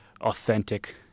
authentic